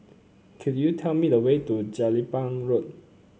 could you tell me the way to Jelapang Road